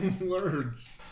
Words